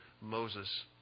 Moses